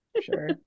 sure